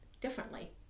differently